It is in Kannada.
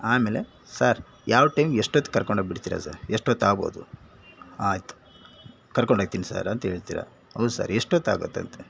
ಆಮೇಲೆ ಸರ್ ಯಾವ ಟೈಮ್ ಎಷ್ಟೊತ್ತಿಗೆ ಕರ್ಕೊಂಡೋಗಿ ಬಿಡ್ತೀರ ಸರ್ ಎಷ್ಟೊತ್ತಾಗ್ಬೋದು ಆಯಿತು ಕರ್ಕೊಂಡೋಯ್ತಿನಿ ಸರ್ ಅಂತೇಳ್ತಿರ ಹ್ಞೂ ಸರ್ ಎಷ್ಟೊತ್ತಾಗುತ್ತಂತೆ